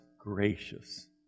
gracious